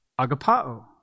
agapao